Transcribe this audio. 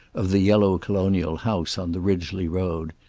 of the yellow colonial house on the ridgely road.